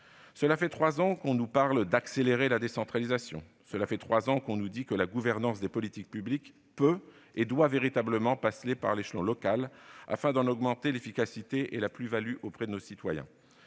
Cela fait trois ans que l'on nous parle d'accélérer la décentralisation, que l'on nous dit que la gouvernance des politiques publiques peut et doit véritablement passer par l'échelon local, afin d'en augmenter l'efficacité et la plus-value pour nos citoyens.